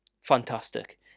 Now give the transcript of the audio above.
Fantastic